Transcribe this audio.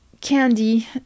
candy